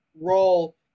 role